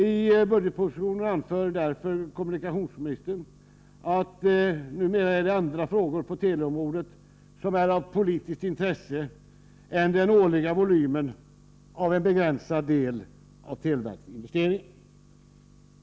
I propositionen anför kommunikationsministern att det numera är andra frågor på teleområdet som är av politiskt intresse än den årliga volymen av en begränsad del av televerkets investeringar.